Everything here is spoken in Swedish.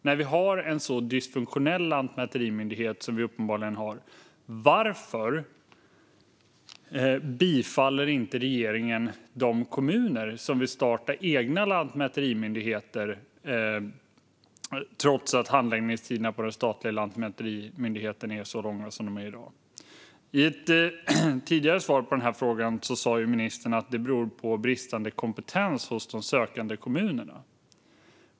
När vi har en så dysfunktionell lantmäterimyndighet som vi uppenbarligen har undrar jag: Varför tillmötesgår inte regeringen de kommuner som vill starta egna lantmäterimyndigheter? Det gör man inte trots att handläggningstiderna på den statliga lantmäterimyndigheten är så långa som de är i dag. I ett tidigare svar på den frågan sa ministern att det beror på bristande kompetens hos de sökande kommunerna.